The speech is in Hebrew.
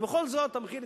ובכל זאת המחיר,